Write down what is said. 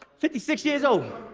fifty six years old.